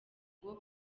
ngo